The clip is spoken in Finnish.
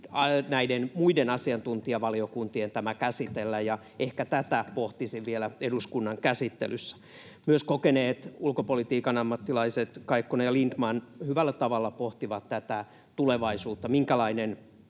näiden muiden asiantuntijavaliokuntien tämä käsitellä, ja ehkä tätä pohtisin vielä eduskunnan käsittelyssä. Myös kokeneet ulkopolitiikan ammattilaiset Kaikkonen ja Lindtman hyvällä tavalla pohtivat tätä tulevaisuutta,